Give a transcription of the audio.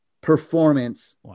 performance